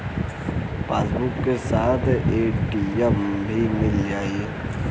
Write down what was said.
Passbook के साथ ATM भी मील जाई?